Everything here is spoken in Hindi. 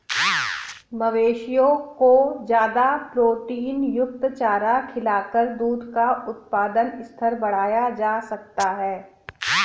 मवेशियों को ज्यादा प्रोटीनयुक्त चारा खिलाकर दूध का उत्पादन स्तर बढ़ाया जा सकता है